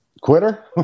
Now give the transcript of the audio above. Quitter